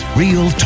real